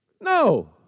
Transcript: No